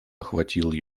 охватил